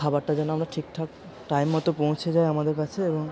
খাবারটা যেন আমরা ঠিকঠাক টাইম মতো পৌঁছে যায় আমাদের কাছে এবং